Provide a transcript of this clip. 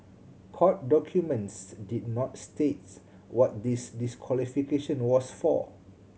court documents did not state what this disqualification was for